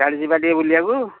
କାଲି ଯିବା ଟିକେ ବୁଲିବାକୁ